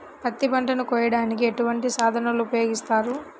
పత్తి పంటను కోయటానికి ఎటువంటి సాధనలు ఉపయోగిస్తారు?